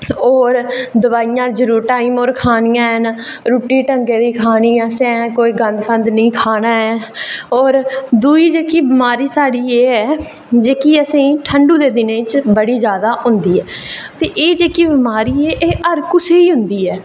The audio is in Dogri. होर दोआइयां टैमें दियां खानियां न रुट्टी ढंगै दी खानी कोई गंद फंद निं खाना ऐ होर दूई जेह्की बमारी साढ़ी एह् ऐ जेह्की असें गी ठंडू दे दिनें च जैदा होंदी ऐ ते एह् जेह्की बमारी ऐ एह् हर कुसै गी होंदी ऐ